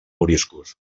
moriscos